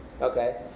Okay